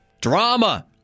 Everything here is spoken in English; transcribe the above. Drama